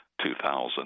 2000